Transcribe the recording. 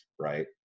right